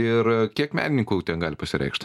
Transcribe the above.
ir kiek menininkų ten gali pasireikšt